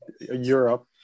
Europe